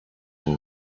and